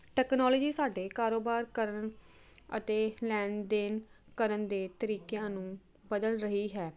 technology ਸਾਡੇ ਕਾਰੋਬਾਰ ਕਰਨ ਅਤੇ ਲੈਣ ਦੇਣ ਕਰਨ ਦੇ ਤਰੀਕਿਆਂ ਨੂੰ ਬਦਲ ਰਹੀ ਹੈ